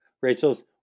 Rachel's